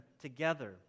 together